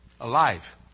alive